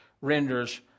renders